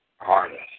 artist